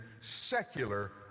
secular